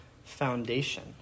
foundation